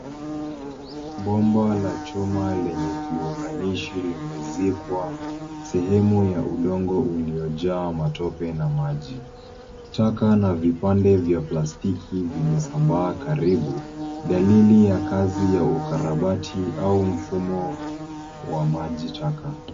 Bomba la chuma lenye kiunganishi, limezikwa, sehemu ya udongo uliojaa matope na maji. Taka na vipande vya plastiki vimesambaa karibu, dalili ya kazi ya ukarabati au mfumo wa maji taka.